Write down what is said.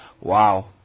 wow